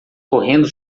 correndo